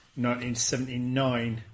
1979